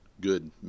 good